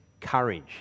courage